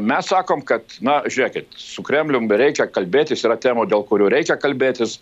mes sakom kad na žiūrėkit su kremlium reikia kalbėtis yra temų dėl kurių reikia kalbėtis